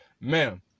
Man